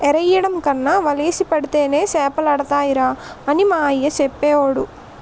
ఎరెయ్యడం కన్నా వలేసి పడితేనే సేపలడతాయిరా అని మా అయ్య సెప్పేవోడు